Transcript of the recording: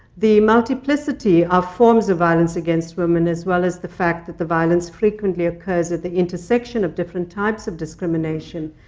the multiplicity of forms of violence against women, as well as the fact that the violence frequently occurs at the intersection of different types of discrimination,